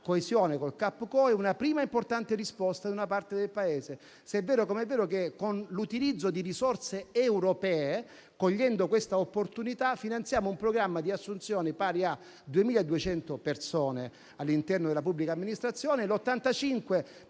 coesione 2021-2027 (*CapCoe*), una prima importante risposta per una parte del Paese, se è vero, com'è vero, che con l'utilizzo di risorse europee, cogliendo questa opportunità, finanziamo un programma di assunzione di 2.200 persone all'interno della pubblica amministrazione, l'85